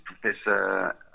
Professor